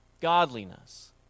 godliness